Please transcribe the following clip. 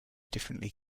differently